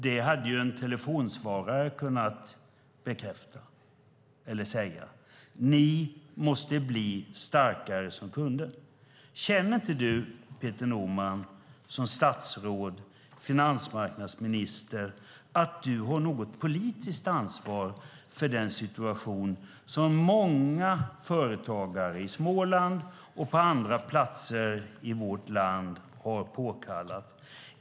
Det hade en telefonsvarare kunnat säga. Ni måste bli starkare som kunder, säger ministern. Känner inte du, Peter Norman, som statsråd och finansmarknadsminister, att du har något politiskt ansvar för den situation som många företagare i Småland och på andra platser i vårt land har påtalat?